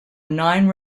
nine